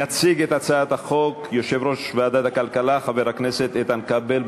יציג את הצעת החוק יושב-ראש ועדת הכלכלה חבר הכנסת איתן כבל.